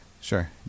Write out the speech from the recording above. Sure